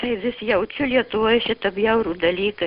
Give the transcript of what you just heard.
tai vis jaučiu lietuvoje šitą bjaurų dalyką